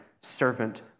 servant